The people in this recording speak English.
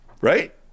right